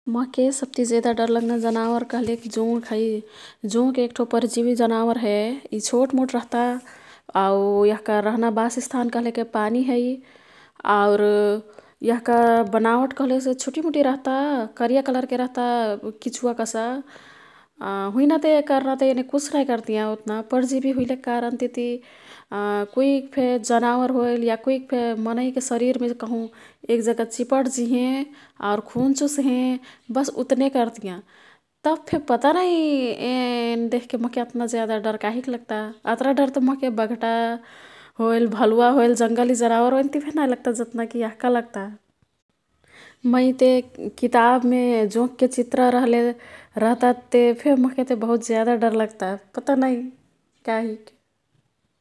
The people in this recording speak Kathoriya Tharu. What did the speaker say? मोह्के सब्ति जेदा डर लग्ना जनावर कह्लेक जोंक है। जोंक एक्ठो परजीवी जनावर हे। यी छोटमोट रहता, आऊ यह्का रह्ना बासस्थान कह्लेक पानी है। आउर यह्का बनावट कह्लेसे छुटीमुटी रह्ता, करिया कलरके रह्ता किचुवा कसा। हुइनाते, कर्नाते येने कुछ नाई कर्तियाँ उत्ना। परजीवी हुइलेक कारनतिती कुइक्फे जनावर होइल या कुइक्फे मनैक् शरीरमे काहुँ एक् जगह चिपट जिहें। आउर खून चुसहें बस् उत्ने कर्तियाँ। तब्फे पता नाई एन् देख्के मोह्के अत्ना ज्यादा डर कहिक लग्ता। अतरा डरते मोह्के बघ्टा होइल, भलुवा होइल जङ्गली जनावर ओइनतिफे नाई लग्ता। जत्नाकी यह्का लग्ता। मैते किताबमे जोंकके चित्र रह्ले / रह्तातेफे मोह्केते बहुत ज्यादा डर लग्ता पता नाई, काहिक।